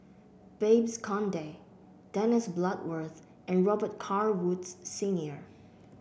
Babes Conde Dennis Bloodworth and Robet Carr Woods Senior